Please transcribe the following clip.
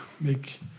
make